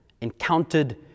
encountered